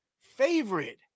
favorite